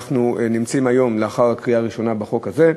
אנחנו נמצאים היום בקריאה ראשונה בחוק הזה.